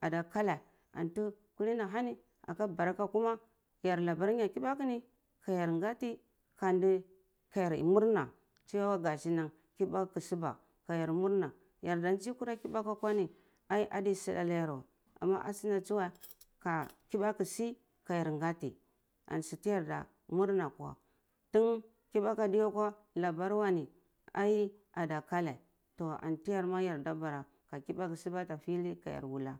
adeh kaleh antu kuli anahani aka barka kuma yar labar nar kibaku ni ka yar ngati kandi kayar morna chewa gashinan kibaku suba kayar murna murda nzai kura kibaku akwa ni ai aidi suda ana yar weh ana asuna tsu ka kibaku si ka yar ganti an su tiyar da murna akwa duk tun kibaku adi akwa labar wehni ai adah kaleh anti yar na yar da bara ka kibaku suba ata fili kayar wulah.